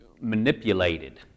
manipulated